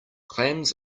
clams